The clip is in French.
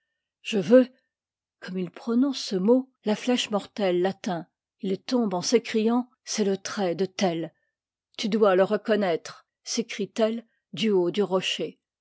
je veux comme il prononce ce mot la uèche mortelle l'atteint il tombe en s'écriant c'est le trait de tell tu dois le reconnaître s'écrie tell du haut du rocher